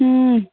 हम्म